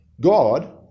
God